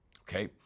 Okay